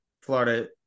Florida